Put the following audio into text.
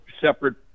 separate